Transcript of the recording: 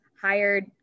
hired